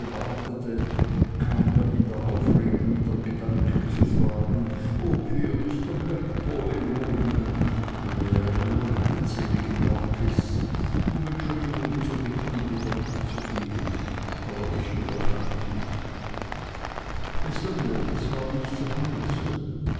wartete kam mir in der aufregung der gedanke zu fragen ob hier mr blackboy wohne eine erinnerung an den seligen barkis um entschuldigung zu bitten und wieder wegzugehen aber ich überwand mich mr mills war nicht